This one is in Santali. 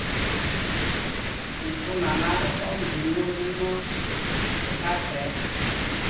ᱩᱱᱠᱩ ᱱᱟᱱᱟ ᱨᱚᱠᱚᱢ ᱵᱷᱤᱱᱱᱚᱼᱵᱷᱤᱱᱱᱚ ᱯᱨᱚᱠᱟᱨ ᱛᱮ